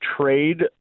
trade